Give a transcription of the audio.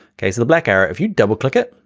okay, so the black area, if you double-click it,